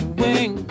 wing